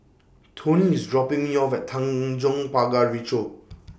Tony IS dropping Me off At Tanjong Pagar Ricoh